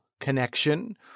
connection